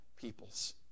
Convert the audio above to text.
peoples